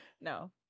No